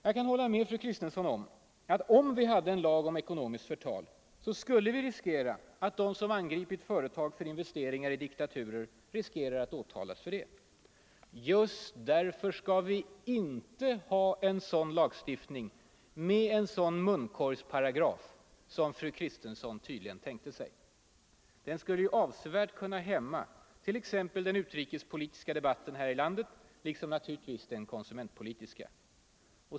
Jag kan hålla med fru Kristensson om att om vi hade en lag om ekonomiskt förtal så skulle vi riskera att de som angripit företag för investeringar i diktaturer åtalas för det. Just därför skall vi inte ha någon sådan lagstiftning med en munkorgsparagraf av det slag som fru Kristensson tydligen tänkte sig. Den skulle avsevärt kunna hämma t.ex. den utrikespolitiska debatten här i landet liksom naturligtvis den konsumentpolitiska.